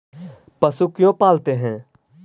पशु क्यों पालते हैं?